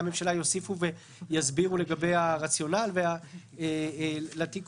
הממשלה יוסיפו ויסבירו לגבי הרציונל לתיקון